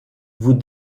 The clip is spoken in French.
vous